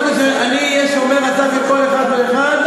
מה אתה רוצה, שאני אהיה שומר הסף של כל אחד ואחד?